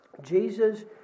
Jesus